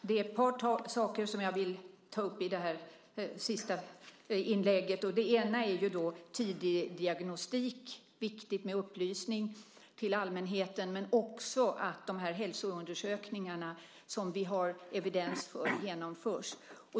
Herr talman! Det är ett par saker som jag vill ta upp i det här mitt sista inlägg. Den ena är tidig diagnostik. Det är viktigt med upplysning till allmänheten men också att de hälsoundersökningar som vi har evidens för genomförs.